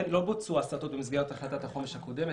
לא בוצעו הסתות במסגרת החלטת החומש הקודמת,